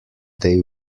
they